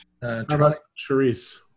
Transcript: Charisse